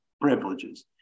privileges